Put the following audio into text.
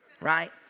right